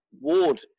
Ward